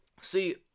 See